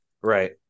Right